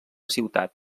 ciutat